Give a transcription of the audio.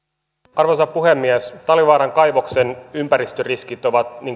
arvoisa puhemies talvivaaran kaivoksen ympäristöriskit ovat